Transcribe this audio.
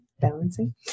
balancing